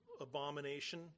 abomination